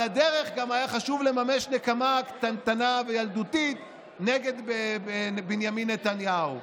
על הדרך גם היה חשוב לממש נקמה קטנטנה וילדותית נגד בנימין נתניהו.